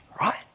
right